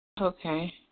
Okay